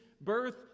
birth